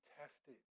tested